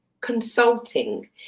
consulting